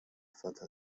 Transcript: vater